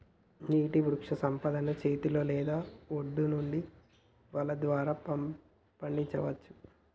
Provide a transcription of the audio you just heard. నీటి వృక్షసంపదను చేతితో లేదా ఒడ్డు నుండి వల ద్వారా పండించచ్చు